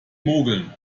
mogeln